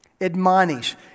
Admonish